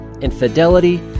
infidelity